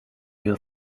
your